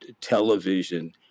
television